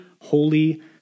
holy